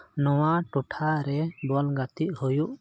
ᱱᱚᱣᱟ ᱴᱚᱴᱷᱟᱨᱮ ᱵᱚᱞ ᱜᱟᱛᱮᱜ ᱦᱩᱭᱩᱜ